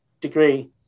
degree